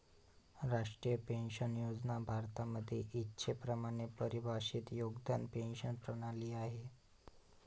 राष्ट्रीय पेन्शन योजना भारतामध्ये इच्छेप्रमाणे परिभाषित योगदान पेंशन प्रणाली आहे